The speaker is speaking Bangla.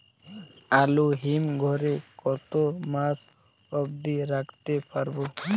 আলু হিম ঘরে কতো মাস অব্দি রাখতে পারবো?